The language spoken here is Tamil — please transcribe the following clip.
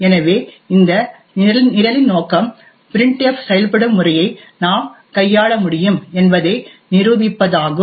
எனவே இந்த நிரலின் நோக்கம் printf செயல்படும் முறையை நாம் கையாள முடியும் என்பதை நிரூபிப்பதாகும்